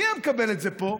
מי היה מקבל את זה פה?